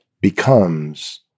becomes